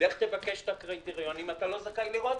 לך תבקש את הקריטריונים אתה לא זכאי לראות